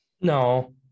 No